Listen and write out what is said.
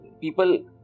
people